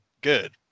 good